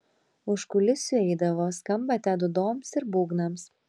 už kulisių eidavo skambate dūdoms ir būgnams